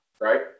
right